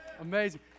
amazing